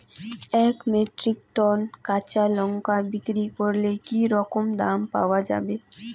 এক metric ton কাঁচা লঙ্কা বিক্রি করলে কি রকম দাম পাওয়া যাবে?